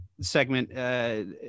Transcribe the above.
Segment